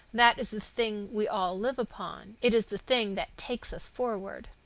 that is the thing we all live upon. it is the thing that takes us forward.